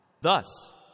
Thus